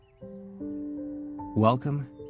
Welcome